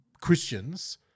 Christians